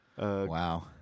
Wow